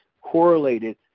correlated